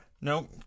No